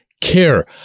care